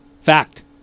Fact